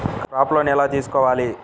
Crop loan ఎలా తీసుకోవాలి?